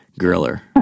griller